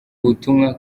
butumwa